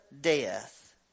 death